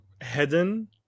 hidden